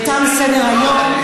תם סדר-היום.